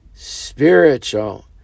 spiritual